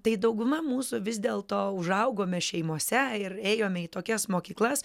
tai dauguma mūsų vis dėl to užaugome šeimose ir ėjome į tokias mokyklas